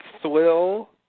swill